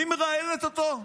מי מראיינת אותו?